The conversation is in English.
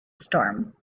storm